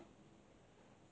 terrible experience